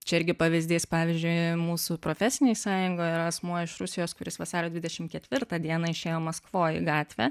čia irgi pavyzdys pavyzdžiui mūsų profesinėj sąjungoj yra asmuo iš rusijos kuris vasario dvidešim ketvirtą dieną išėjo maskvoj į gatvę